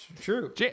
True